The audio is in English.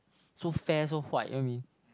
so fair so white you're mean